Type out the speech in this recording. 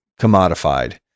commodified